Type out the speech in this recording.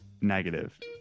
negative